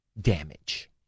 damage